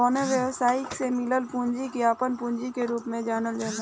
कवनो व्यवसायी के से मिलल पूंजी के आपन पूंजी के रूप में जानल जाला